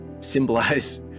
symbolize